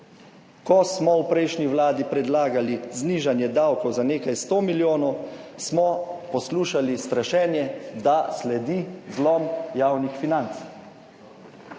Ko smo v prejšnji Vladi predlagali znižanje davkov za nekaj 100 milijonov, smo poslušali strašenje, da sledi zlom javnih financ,